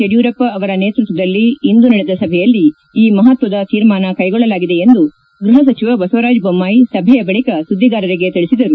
ಯಡಿಯೂರಪ್ಪ ಅವರ ನೇತೃತ್ವದಲ್ಲಿ ಇಂದು ನಡೆದ ಸಭೆಯಲ್ಲಿ ಈ ಮಹತ್ವದ ತೀರ್ಮಾನ ಕೈಗೊಳ್ಳಲಾಗಿದೆ ಎಂದು ಗೃಹ ಸಚಿವ ಬಸವರಾಜ ಬೊಮ್ನಾಯಿ ಸಭೆಯ ಬಳಿಕ ಸುದ್ದಿಗಾರರಿಗೆ ತಿಳಿಸಿದರು